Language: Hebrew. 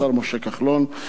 לשר משה כחלון,